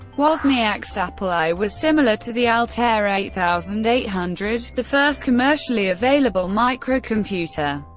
wozniak's apple i was similar to the altair eight thousand eight hundred, the first commercially available microcomputer,